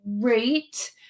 great